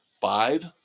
five